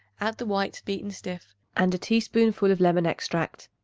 add the whites beaten stiff and a teaspoonful of lemon extract.